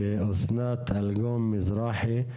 לאסנת אלגום מזרחי,